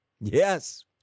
Yes